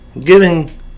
giving